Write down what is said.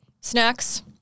Snacks